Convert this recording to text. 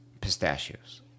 pistachios